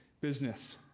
business